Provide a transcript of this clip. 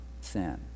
sin